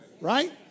right